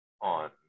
on